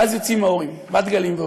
ואז יוצאים ההורים, בת גלים ואופיר.